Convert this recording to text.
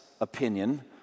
opinion